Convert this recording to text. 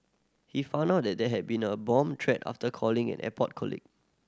he found out that there had been a bomb threat after calling an airport colleague